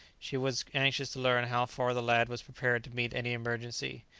she was anxious to learn how far the lad was prepared to meet any emergency.